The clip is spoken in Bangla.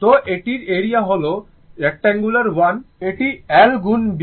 তো এটির এরিয়া হল রেক্ট্যাঙ্গুলার 1 এটি 'l' গুণ 'b'